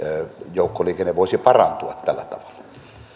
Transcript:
joukkoliikenne voisi parantua tällä tavalla